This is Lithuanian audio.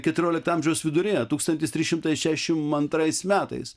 keturiolikto amžiaus viduryje tūkstantis trys šimtai šešiasdešimt antrais metais